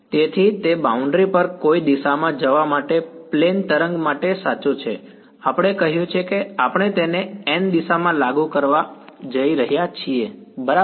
તેથી તે બાઉન્ડ્રી પર કોઈપણ દિશામાં જવા માટે પ્લેન તરંગ માટે સાચું છે આપણે કહ્યું છે કે આપણે તેને દિશામાં લાગુ કરવા જઈ રહ્યા છીએ બરાબર